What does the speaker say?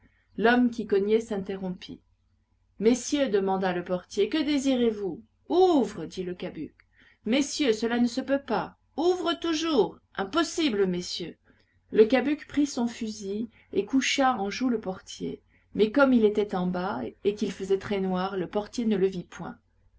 l'homme qui cognait s'interrompit messieurs demanda le portier que désirez-vous ouvre dit le cabuc messieurs cela ne se peut pas ouvre toujours impossible messieurs le cabuc prit son fusil et coucha en joue le portier mais comme il était en bas et qu'il faisait très noir le portier ne le vit point